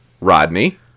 Rodney